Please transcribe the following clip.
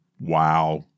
Wow